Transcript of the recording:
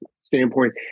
standpoint